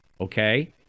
Okay